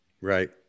Right